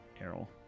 Errol